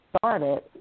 started